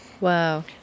Wow